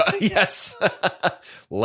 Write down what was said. Yes